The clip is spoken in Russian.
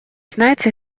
знаете